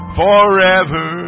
forever